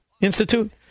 Institute